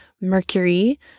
Mercury